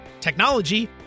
technology